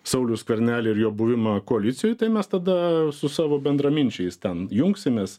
saulių skvernelį ir jo buvimą koalicijoj tai mes tada su savo bendraminčiais ten jungsimės